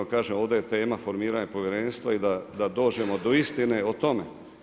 Kažem ovdje je tema formiranje Povjerenstva i da dođemo do istine o tome.